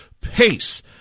pace